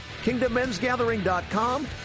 kingdommensgathering.com